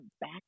back